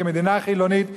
כמדינה חילונית בארץ-ישראל,